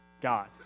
God